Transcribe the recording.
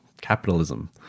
capitalism